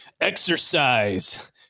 exercise